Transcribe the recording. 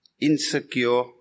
insecure